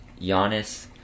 Giannis